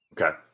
Okay